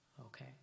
Okay